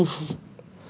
it's the truth